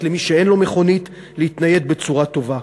למי שאין לו מכונית להתנייד בצורה טובה.